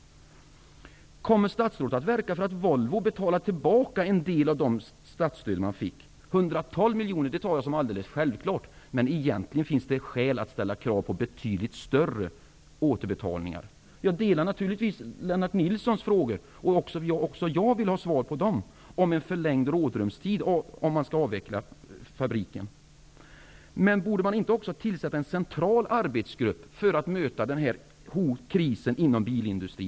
Kommer statsrådet att verka för att Volvo betalar tillbaka en del av de statsstöd de fick? Jag tar det som alldeles självklart att man betalar tillbaka ett hundratal miljoner, men egentligen finns det skäl att ställa krav på betydligt större återbetalningar. Jag delar naturligtvis Lennart Nilssons frågor. Även jag vill ha svar på dem. Kommer man att få en förlängd rådrumstid om man skall avveckla fabriken? Borde inte också en central arbetsgrupp tillsättas för att möta krisen inom bilindustrin?